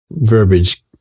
verbiage